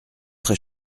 très